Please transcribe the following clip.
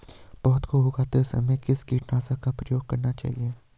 पौध को उगाते समय किस कीटनाशक का प्रयोग करना चाहिये?